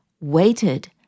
waited